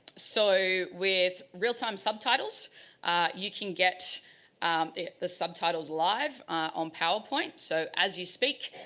so with real-time subtitles you can get the the subtitles live on powerpoint. so as you speak,